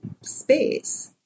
space